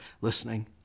listening